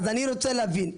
אז אני רוצה להבין,